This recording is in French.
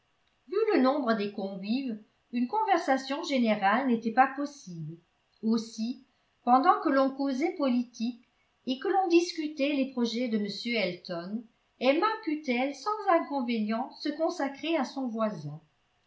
vu le nombre des convives une conversation générale n'était pas possible aussi pendant que l'on causait politique et que l'on discutait les projets de m elton emma put-elle sans inconvénient se consacrer à son voisin